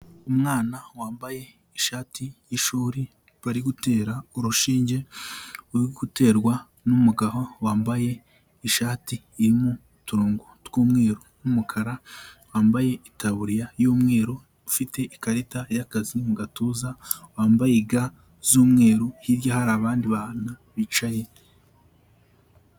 Umwana wambaye ishati y'ishuri bari gutera urushinge, uri guterwa n'umugabo wambaye ishati irimo uturongo tw'umweru n'umukara, wambaye itaburiya y'umweru, ufite ikarita y'akazi mu gatuza, wambaye ga z'umweru, hirya hari abandi bana bicaye.